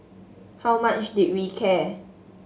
how much did we care